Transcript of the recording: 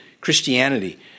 Christianity